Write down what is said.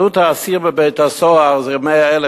עלות האסיר בבית-הסוהר זה 100,000